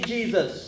Jesus